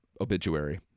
obituary